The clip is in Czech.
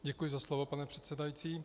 Děkuji za slovo, pane předsedající.